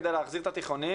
כדי להחזיר את התיכוניים,